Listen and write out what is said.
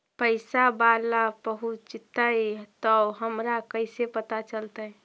पैसा बाला पहूंचतै तौ हमरा कैसे पता चलतै?